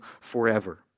forever